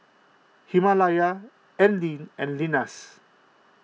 Himalaya Anlene and Lenas